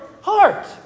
heart